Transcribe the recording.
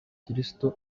kirisito